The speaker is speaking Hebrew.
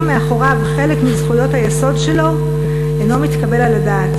מאחוריו חלק מזכויות היסוד שלו אינו מתקבל על הדעת,